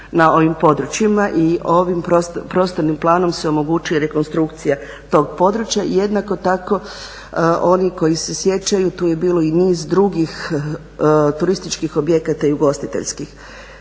na ovim područjima i ovim prostornim planom se omogućuje rekonstrukcija tog područja. Jednako tako, oni koji se sjećaju, tu je bilo i niz drugih turističkih objekata i ugostiteljskih.